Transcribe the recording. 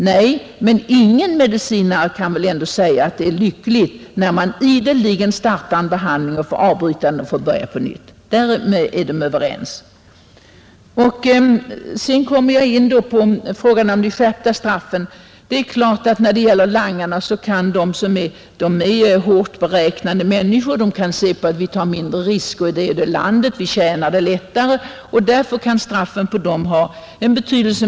Nej, men ingen medicinare kan väl ändå säga att det är lyckligt att man ideligen får avbryta en påbörjad behandling och sedan börja på nytt. Därom är de överens. Sedan kommer jag in på frågan om de skärpta straffen. Langarna är hårt beräknande människor. De kan resonera sig fram till att de tar mindre risker och lättare tjänar pengar i ett visst land. Därför kan straffen för dem ha betydelse.